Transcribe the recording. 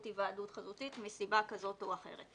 היוועדות חזותית מסיבה כזאת או אחרת,